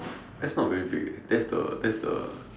that's not very big that's the that's the